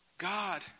God